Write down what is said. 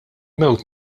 mewt